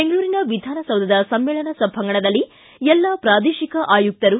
ಬೆಂಗಳೂರಿನ ವಿಧಾನಸೌಧದ ಸಮ್ಮೇಳನ ಸಭಾಂಗಣದಲ್ಲಿ ಎಲ್ಲ ಪ್ರಾದೇಶಿಕ ಆಯುಕ್ತರು